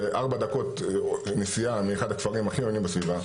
זה ארבע דקות נסיעה מאחד הכפרים הכי עוינים בסביבה.